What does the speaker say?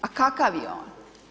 A kakav je on?